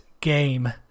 game